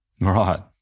Right